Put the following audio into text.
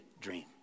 dream